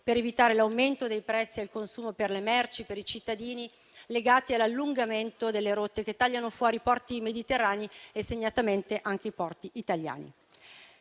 per evitare l'aumento dei prezzi al consumo per le merci, legati all'allungamento delle rotte che tagliano fuori i porti mediterranei e segnatamente anche quelli italiani.